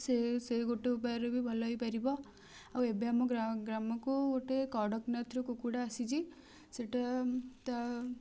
ସେ ସେ ଗୋଟେ ଉପାୟରେ ବି ଭଲ ହେଇପାରିବ ଆଉ ଏବେ ଆମ ଗ୍ରାମକୁ ଗୋଟେ କଡ଼କନାଥର କୁକୁଡ଼ା ଆସିଛି ସେଇଟା ତା